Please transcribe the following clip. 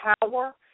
power